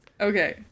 Okay